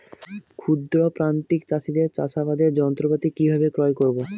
ক্ষুদ্র প্রান্তিক চাষীদের চাষাবাদের যন্ত্রপাতি কিভাবে ক্রয় করব?